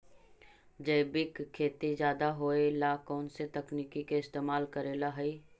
जैविक खेती ज्यादा होये ला कौन से तकनीक के इस्तेमाल करेला हई?